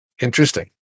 Interesting